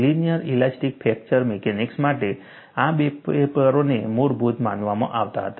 linear elastic fracture mechanics માટે આ બે પેપરોને મૂળભૂત માનવામાં આવતા હતા